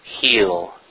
Heal